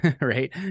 right